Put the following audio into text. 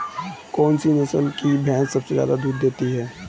कौन सी नस्ल की भैंस सबसे ज्यादा दूध देती है?